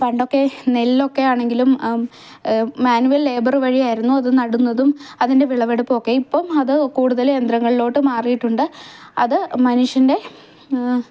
പണ്ടൊക്കെ നെല്ലൊക്കെ ആണെങ്കിലും മാനുവൽ ലേബറ് വഴി ആയിരുന്നു അത് നടുന്നതും അതിൻ്റെ വിളവെടുപ്പൊക്കെ ഇപ്പം അത് കൂടുതൽ യന്ത്രങ്ങളിലോട്ട് മാറിയിട്ടുണ്ട് അത് മനുഷ്യൻ്റെ